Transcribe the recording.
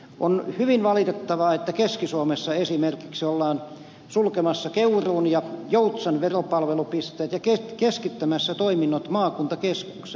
on hyvin valitettavaa että keski suomessa esimerkiksi ollaan sulkemassa keuruun ja joutsan veropalvelupisteet ja keskittämässä toiminnot maakuntakeskukseen